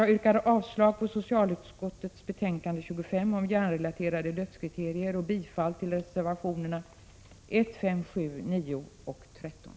Jag yrkar avslag på hemställan i socialutskottets betänkande 25 om hjärnrelaterade dödskriterier och bifall till reservationerna 1, 5, 7, 9 och 13.